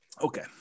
okay